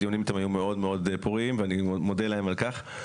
הדיונים היו מאוד מאוד פוריים - אני מודה להם על כך.